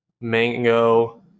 mango